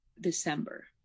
December